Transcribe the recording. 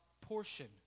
portion